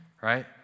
right